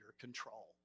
control